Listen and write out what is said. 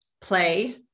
play